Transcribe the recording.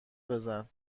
بزن